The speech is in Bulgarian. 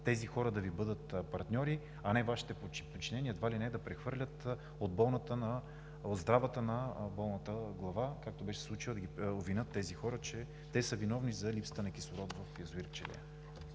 тези хора да Ви бъдат партньори, а не Вашите подчинени едва ли не да прехвърлят от здравата на болната глава, както беше случаят – да обвинят тези хора, че са виновни за липсата на кислород в язовир „Пчелина“.